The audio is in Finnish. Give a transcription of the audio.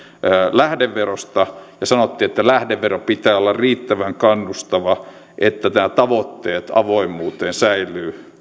lähdeverosta ja sanottiin että lähdeveron pitää olla riittävän kannustava jotta nämä tavoitteet avoimuuteen säilyvät